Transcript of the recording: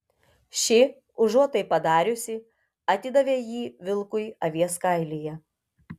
ši užuot tai padariusi atidavė jį vilkui avies kailyje